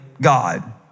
God